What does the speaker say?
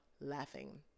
laughing